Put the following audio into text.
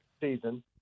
season